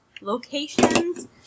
locations